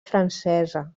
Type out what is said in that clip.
francesa